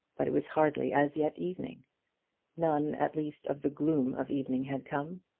but it was hardly as yet evening none at least of the gloom of evening had come,